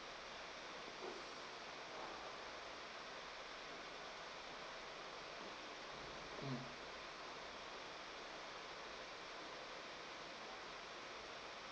mm